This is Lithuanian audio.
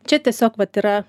čia tiesiog vat yra